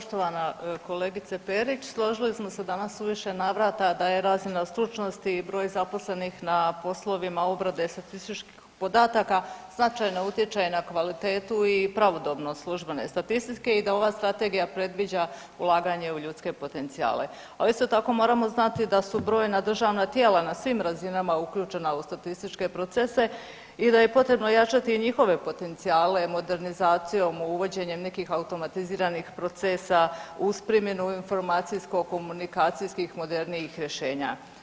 Poštovana kolegice Perić, složili smo se danas u više navrata da je razina stručnosti i broj zaposlenih na poslovima obrade statističkih podataka značajno utječe na kvalitetu i pravodobnost službene statistike i da ova strategija predviđa ulaganje u ljudske potencijale, ali isto tako moramo znati da su brojna državna tijela na svim razinama uključena u statističke procese i da je potrebno jačati i njihove potencijale modernizacijom, uvođenjem nekih automatiziranih procesa uz primjenu informacijsko komunikacijskih modernijih rješenja.